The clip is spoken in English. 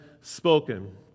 spoken